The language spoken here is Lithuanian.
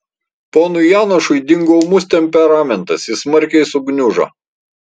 ponui janošui dingo ūmus temperamentas jis smarkiai sugniužo